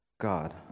God